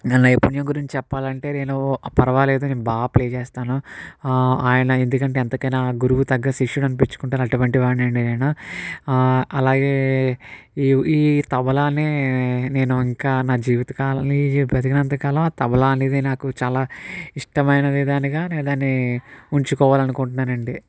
నా నైపుణ్యం గురించి చెప్పాలి అంటే నేను పర్వాలేదు నేను బాగా ప్లే చేస్తాను ఆయన ఎందుకంటే ఎంతకైనా గురువు తగ్గ శిష్యుడు అనిపించుకుంటాను అటువంటి వాడిని అండి నేను అలాగే ఈ ఈ తబలాని నేను ఇంకా నా జీవిత కాలనీ బ్రతికినంత కాలం ఆ తబలా అనేది నాకు చాలా ఇష్టమైన విధానిగా నేను దాన్ని ఉంచుకోవాలని అనుకుంటున్నాను అండి